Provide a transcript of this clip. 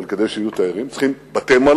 אבל כדי שיהיו תיירים צריכים בתי-מלון,